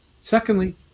Secondly